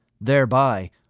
Thereby